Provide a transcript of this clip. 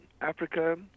Africa